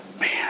Man